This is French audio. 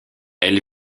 elle